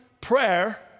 prayer